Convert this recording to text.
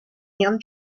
and